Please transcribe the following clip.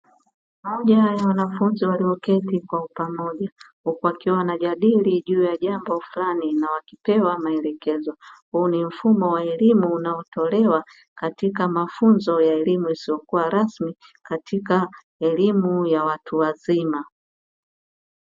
Moja ya wanafunzi walioketi kwa upamoja huku wakiwa wanajadili juu ya jambo fulani na wakipewa maelekezo. Huu ni mfumo wa elimu unaotolewa katika mafunzo ya elimu isiyokuwa rasmi katika elimu ya watu wazima.